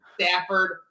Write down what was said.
Stafford